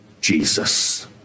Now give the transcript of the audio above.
Jesus